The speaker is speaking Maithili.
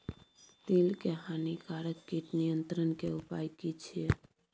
तिल के हानिकारक कीट नियंत्रण के उपाय की छिये?